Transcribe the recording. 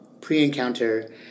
pre-encounter